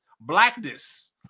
Blackness